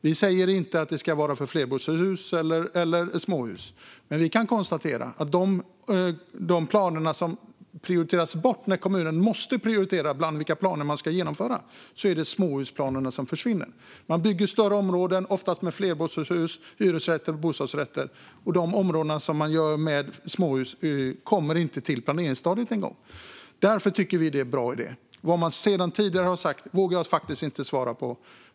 Vi säger inte att det ska gälla för flerbostadshus eller för småhus. Men vi kan konstatera att de planer som prioriteras bort när kommunerna måste prioritera vilka planer som ska genomföras är småhusplanerna. Det byggs större områden, oftast med flerbostadshus, hyresrätter och bostadsrätter. Och områden för småhus kommer inte ens till planeringsstadiet. Därför tycker vi att detta är en bra idé. Vad man tidigare har sagt vågar jag faktiskt inte svara på.